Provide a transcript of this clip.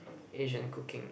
Asian cooking